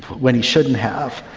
when he shouldn't have,